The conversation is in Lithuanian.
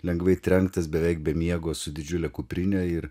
lengvai trenktas beveik be miego su didžiule kuprine ir